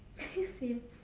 same